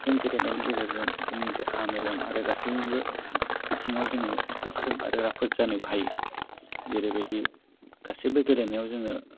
जों गेलेनायनि गेजेरजों जोंनि देहा मेलेम आरो गासैबो बिथिङाव जोङो गोख्रों आरो राफोद जानोबो हायो जेरैबायदि गासिबो गेलेनायाव जोङो